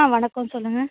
ஆ வணக்கம் சொல்லுங்க